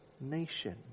nation